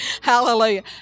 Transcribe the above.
Hallelujah